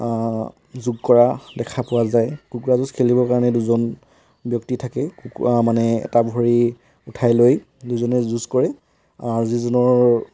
যোগ কৰা দেখা পোৱা যায় কুকুৰা যুঁজ খেলিবৰ কাৰণে দুজন ব্যক্তি থাকে কুকুৰা মানে এটা ভৰি উঠাই লৈ দুজনে যুঁজ কৰে আৰু যিজনৰ